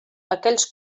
aquells